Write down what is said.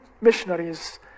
missionaries